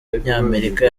w’umunyamerika